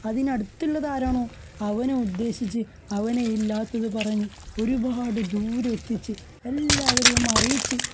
അതിനടുത്തുള്ളതാരാണോ അവനെ ഉദ്ദേശിച്ച് അവനെ ഇല്ലാത്തതു പറഞ്ഞ് ഒരുപാട് ദൂരം എത്തിച്ച് എല്ലാവരെയും അറിയിച്ച്